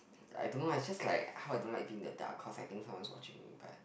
I don't lah just like how I don't like being a duck cause I think someone watching you